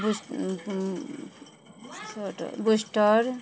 बू booster booster